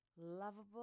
lovable